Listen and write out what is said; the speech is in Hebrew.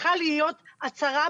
אתם